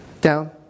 Down